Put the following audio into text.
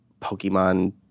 Pokemon